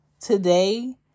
today